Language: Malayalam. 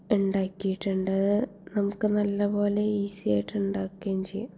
ഉണ്ടാക്കിയിട്ടുണ്ട് നമുക്ക് നല്ല പോലെ ഈസി ആയിട്ടുണ്ടാക്കുകയും ചെയ്യാം